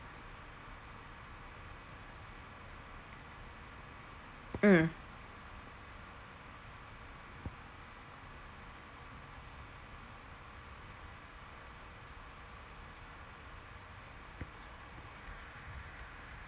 mm